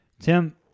Tim